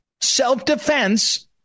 Self-defense